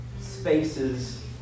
spaces